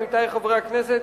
עמיתי חברי הכנסת,